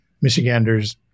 Michiganders